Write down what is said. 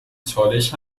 چالش